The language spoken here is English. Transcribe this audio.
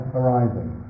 arising